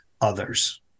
others